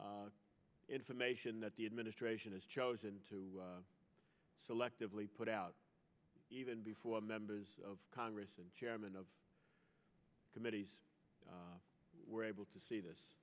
the information that the administration has chosen to selectively put out even before members of congress and chairmen of committees were able to see th